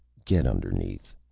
get underneath.